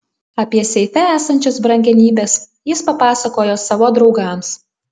apie seife esančias brangenybes jis papasakojo savo draugams